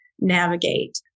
navigate